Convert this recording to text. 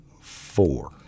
four